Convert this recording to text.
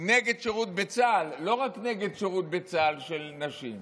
נגד שירות בצה"ל, לא רק נגד שירות בצה"ל של נשים.